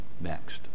next